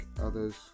others